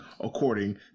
according